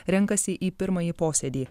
renkasi į pirmąjį posėdį